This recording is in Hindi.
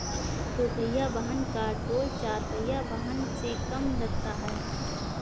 दुपहिया वाहन का टोल चार पहिया वाहन से कम लगता है